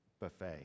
buffet